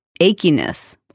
achiness